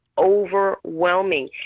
overwhelming